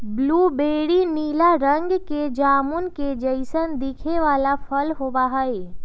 blueberry नीला रंग के जामुन के जैसन दिखे वाला फल होबा हई